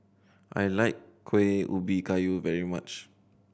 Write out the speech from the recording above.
I like Kueh Ubi Kayu very much